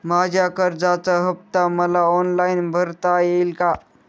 माझ्या कर्जाचा हफ्ता मला ऑनलाईन भरता येईल का?